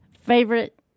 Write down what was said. favorite